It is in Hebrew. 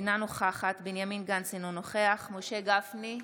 אינה נוכחת בנימין גנץ, אינו נוכח משה גפני,